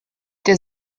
der